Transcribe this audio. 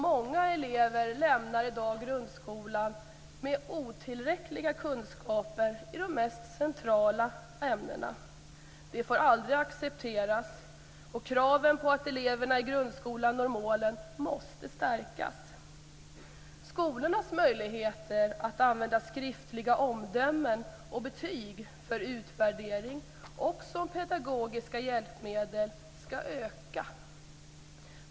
Många elever lämnar i dag grundskolan med otillräckliga kunskaper i de mest centrala ämnena. Det får aldrig accepteras, och kraven på att eleverna i grundskolan når målen måste stärkas. Skolornas möjligheter att använda skriftliga omdömen och betyg för utvärdering och som pedagogiska hjälpmedel skall öka.